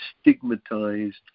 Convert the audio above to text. stigmatized